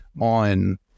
on